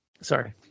Sorry